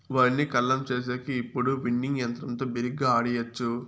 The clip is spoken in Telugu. వరిని కల్లం చేసేకి ఇప్పుడు విన్నింగ్ యంత్రంతో బిరిగ్గా ఆడియచ్చు